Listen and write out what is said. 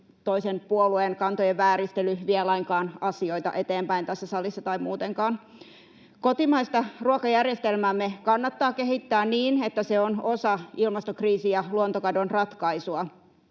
toisen puolueen kantojen vääristely vie lainkaan asioita eteenpäin tässä salissa tai muutenkaan. Kotimaista ruokajärjestelmäämme kannattaa kehittää niin, että se on osa ilmastokriisin ja luontokadon ratkaisua.